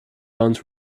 bones